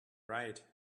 riot